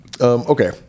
Okay